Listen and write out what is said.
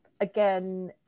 Again